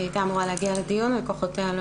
היא הייתה אמורה להגיע לדיון אבל כוחותיה לא